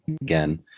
again